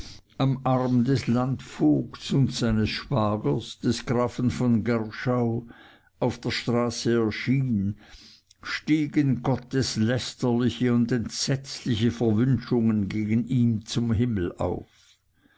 am arm des landvogts und seines schwagers des grafen von gerschau auf der straße erschien stiegen gotteslästerliche und entsetzliche verwünschungen gegen ihn zum himmel auf